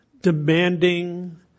demanding